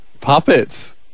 Puppets